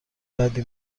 بدی